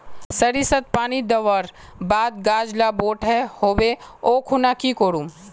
सरिसत पानी दवर बात गाज ला बोट है होबे ओ खुना की करूम?